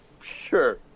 Sure